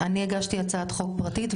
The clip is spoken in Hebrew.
אני הגשתי הצעת חוק פרטית,